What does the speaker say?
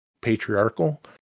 patriarchal